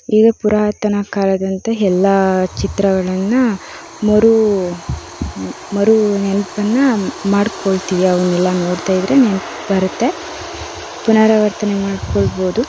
ಇವು ಪುರಾತನ ಕಾಲದಿಂದ ಎಲ್ಲ ಚಿತ್ರಗಳನ್ನು ಮರು ಮರು ನೆನಪನ್ನ ಮಾಡ್ಕೊಳ್ತೀವಿ ಅವನ್ನೆಲ್ಲ ನೋಡ್ತಾ ಇದ್ದರೆ ನೆನಪು ಬರುತ್ತೆ ಪುನರಾವರ್ತನೆ ಮಾಡ್ಕೊಳ್ಬೋದು